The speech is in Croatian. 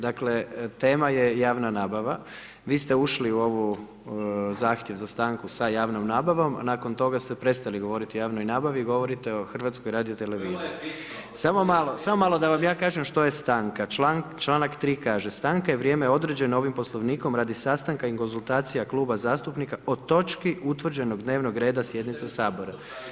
Dakle, tema je javna nabava, vi ste ušli u ovu, zahtjev za stankom sa javnom nabavom, nakon toga ste prestali govoriti o javnoj nabavi, govorite o HRT. … [[Upadica se ne čuje.]] Samo malo, da vam ja kažem što je stanka, članak 3 kaže, stanka je vrijeme određen ovim poslovnikom radi sastanka i konzultaciji kluba zastupnika o točki utvrđenog dnevnog reda sjednice Sabora.